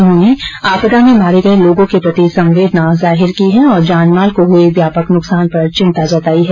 उन्होंने आपदा में मारे गए लोगों के प्रति संवेदना जाहिर की है और जान माल को हुए व्यापक नुकसान पर चिंता भी व्यक्त की है